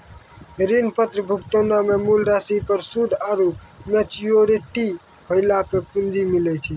ऋण पत्र भुगतानो मे मूल राशि पर सूद आरु मेच्योरिटी होला पे पूंजी मिलै छै